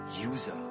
user